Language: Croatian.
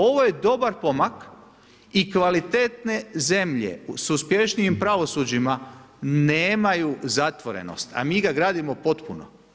Ovo je dobar pomak i kvalitetne zemlje s uspješnijim pravosuđima nemaju zatvorenost, a mi ga gradimo potpuno.